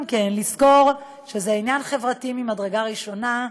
גם כן לזכור שזה עניין חברתי ממדרגה ראשונה.